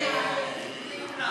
התשע"ו 2016,